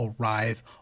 arrive